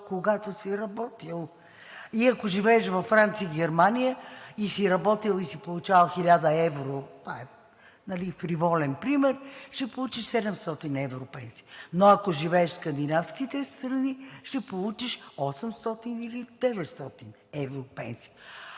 когато си работил. Ако живееш във Франция и Германия и си работил и си получавал 1000 евро, това е фриволен пример, ще получиш 700 евро пенсия, но ако живееш в скандинавските страни, ще получиш 800 или 900 евро пенсия.